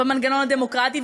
במנגנון הדמוקרטי.